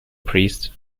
priest